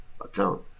account